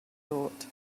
thought